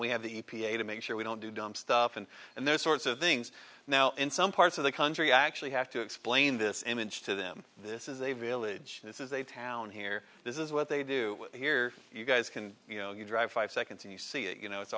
we have the e p a to make sure we don't do dumb stuff and and those sorts of things now in some parts of the country actually have to explain this image to them this is a village this is a town here this is what they do here you guys can you know you drive five seconds and you see it you know it's